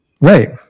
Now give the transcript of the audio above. Right